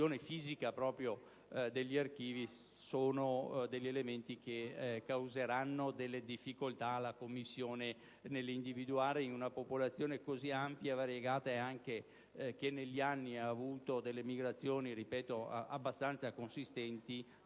la distruzione fisica degli archivi sono elementi che causeranno delle difficoltà alla Commissione nell'individuare in una popolazione così ampia e variegata, che negli anni ha avuto delle migrazioni - ripeto - abbastanza consistenti,